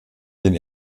den